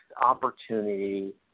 opportunity